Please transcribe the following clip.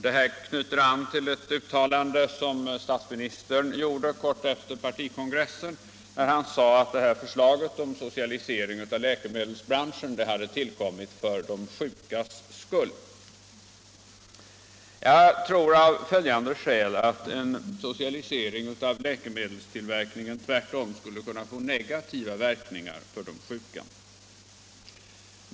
Det här knyter an till ett uttalande som statsministern gjorde kort efter partikongressen där han sade att förslaget om socialisering av läkemedelsbranschen tillkommit för de sjukas skull. Jag tror av följande skäl att en socialisering av läkemedelstillverkningen tvärtom skulle kunna få negativa verkningar för de sjuka.